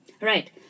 right